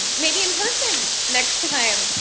maybe in person next time.